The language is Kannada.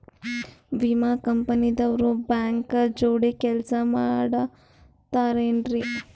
ವಿಮಾ ಕಂಪನಿ ದವ್ರು ಬ್ಯಾಂಕ ಜೋಡಿ ಕೆಲ್ಸ ಮಾಡತಾರೆನ್ರಿ?